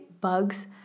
bugs